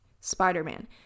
Spider-Man